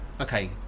okay